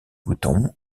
boutons